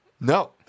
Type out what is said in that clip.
No